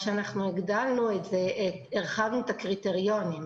הרחבנו את הקריטריונים.